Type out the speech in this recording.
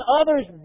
others